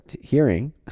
hearing